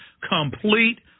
complete